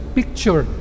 picture